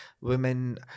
women